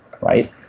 Right